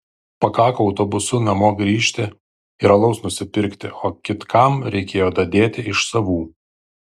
pakako autobusu namo grįžti ir alaus nusipirkti o kitkam reikėjo dadėti iš savų